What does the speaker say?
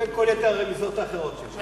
לבין כל יתר הרמיזות האחרות שלי.